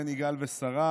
בן יגאל ושרה,